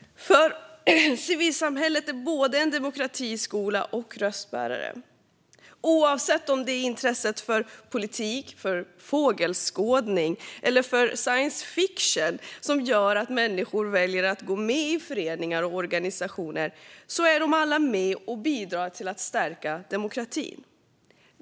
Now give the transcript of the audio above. För civilsamhället är både en demokratiskola och en röstbärare. Oavsett om det är intresset för politik, för fågelskådning eller för science fiction som gör att människor väljer att gå med i föreningar och organisationer är de alla med och bidrar till att stärka demokratin.